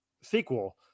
sequel